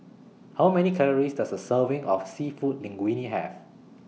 How Many Calories Does A Serving of Seafood Linguine Have